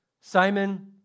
Simon